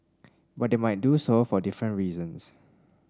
but they might do so for different reasons